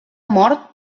mort